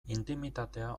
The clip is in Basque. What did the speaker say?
intimitatea